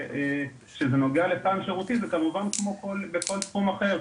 כשזה נוגע לפן שירותי כמובן שזה כמו בכל תחום אחר.